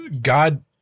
God